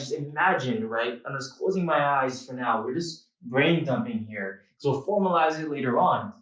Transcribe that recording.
just imagine, right, i'm just closing my eyes for now, we're just brain dumping here so formalize it later on.